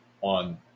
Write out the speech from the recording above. on